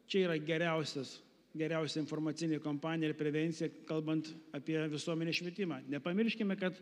čia yra geriausias geriausia informacinė kampanija ir prevencija kalbant apie visuomenės švietimą nepamirškime kad